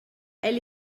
elle